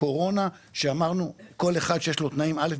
הקורונה שלפיה כל אחד שהיו לו תנאים א',